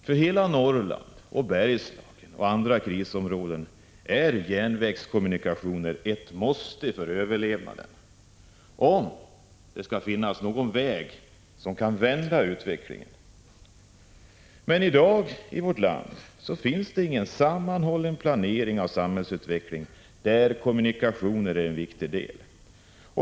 För hela Norrland och Bergslagen och andra krisområden är järnvägskommunikationer ett måste för överlevnaden, om utvecklingen skall kunna vändas. Det finns inte i vårt land i dag någon sammanhållen planering av samhällsutvecklingen där kommunikationer är en viktig del.